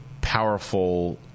powerful